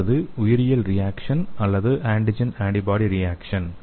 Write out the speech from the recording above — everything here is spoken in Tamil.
அடுத்தது உயிரியல் ரியேக்சன் அல்லது ஆன்டிஜென் ஆன்டிபாடி ரியேக்சன்